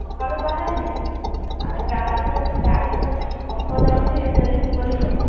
ସକାଳୁ ବାହାରିବି ଆର ଗାଁରେ ଗୋଟିଏ ଗାଡ଼ି ଯାଉଛି ଅଟୋ ଯାଉଛି ଡେଲି ଭୁବନେଶ୍ଵର